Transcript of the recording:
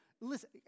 listen